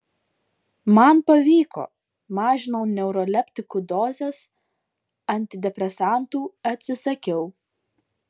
man pavyko mažinau neuroleptikų dozes antidepresantų atsisakiau